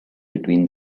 between